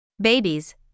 Babies